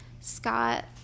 Scott